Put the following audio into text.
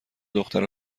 دختر